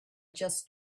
just